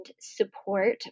support